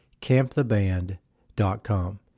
CampTheBand.com